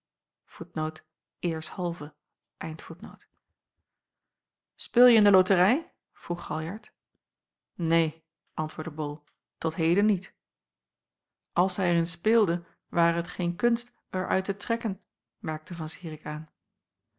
je in de loterij vroeg galjart neen antwoordde bol tot heden niet als hij er in speelde ware het geen kunst er uit te trekken merkte van zirik aan